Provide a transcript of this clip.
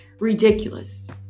Ridiculous